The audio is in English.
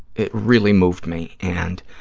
it really moved me, and